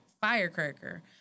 Firecracker